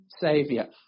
saviour